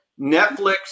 Netflix